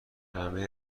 همه